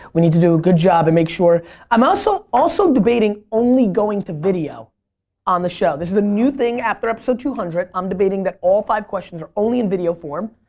we need to do a good job and make sure i'm also also debating only going to video on the show. this is new thing after episode two hundred i'm debating that all five questions are only in video form.